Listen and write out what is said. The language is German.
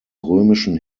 römischen